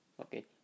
Okay